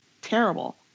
terrible